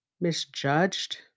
misjudged